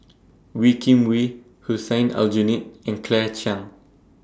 Wee Kim Wee Hussein Aljunied and Claire Chiang